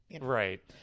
Right